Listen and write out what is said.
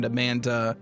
Amanda